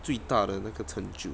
最大的那个成就